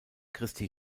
christi